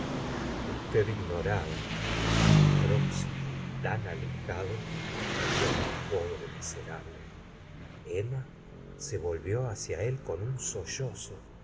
usted ignoraba que tan próximo y tan alejado había un pobre miserable emma se volvió hacia él con un sollozo